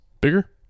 bigger